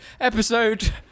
episode